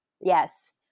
Yes